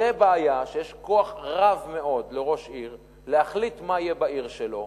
זו בעיה שיש כוח רב מאוד לראש עיר להחליט מה יהיה בעיר שלו,